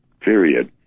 period